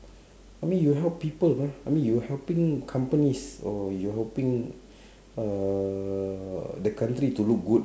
I mean you help people right I mean you helping companies or you're helping uh the country to look good